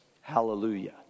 Hallelujah